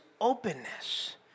openness